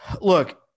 look